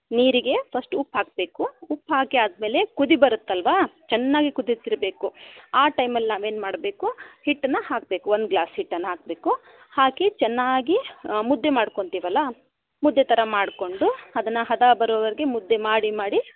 ನೀರಿಗೆ ಫಸ್ಟ್ ಉಪ್ಪು ಹಾಕಬೇಕು ಉಪ್ಪು ಹಾಕಿ ಆದ ಮೇಲೆ ಕುದಿ ಬರುತ್ತಲ್ವಾ ಚೆನ್ನಾಗಿ ಕುದಿಸಿರಬೇಕು ಆ ಟೈಮಲ್ಲಿ ನಾವು ಏನು ಮಾಡಬೇಕು ಹಿಟ್ಟನ್ನ ಹಾಕಬೇಕು ಒಂದು ಗ್ಲಾಸ್ ಹಿಟ್ಟನ್ನು ಹಾಕಬೇಕು ಹಾಕಿ ಚೆನ್ನಾಗಿ ಮುದ್ದೆ ಮಾಡ್ಕೊತೀವಲ್ಲ ಮುದ್ದೆ ಥರ ಮಾಡಿಕೊಂಡು ಅದನ್ನು ಹದ ಬರೋವರೆಗೆ ಮುದ್ದೆ ಮಾಡಿ ಮಾಡಿ